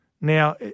Now